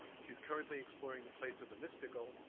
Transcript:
she is currently exploring the place of the mystical,